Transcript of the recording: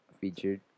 featured